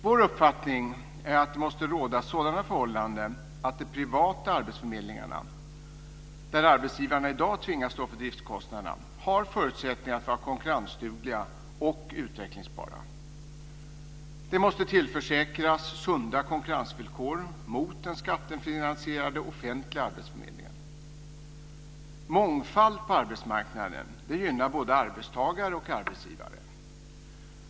Vår uppfattning är att det måste råda sådana förhållanden att de privata arbetsförmedlingarna, där arbetsgivarna i dag tvingas stå för driftskostnaderna, har förutsättningar att vara konkurrensdugliga och utvecklingsbara. De måste tillförsäkras sunda konkurrensvillkor mot den skattefinansierade offentliga arbetsförmedlingen. Mångfald på arbetsmarknaden gynnar både arbetstagare och arbetsgivare.